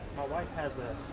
my wife has a